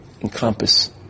encompass